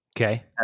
Okay